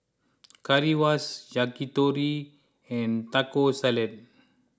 Currywurst Yakitori and Taco Salad